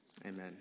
Amen